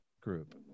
group